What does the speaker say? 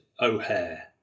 O'Hare